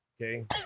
okay